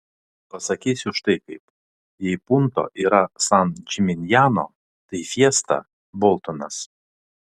pasakysiu štai kaip jei punto yra san džiminjano tai fiesta boltonas